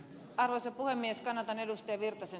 arvoisa puhemies kanadan edustaja virtasen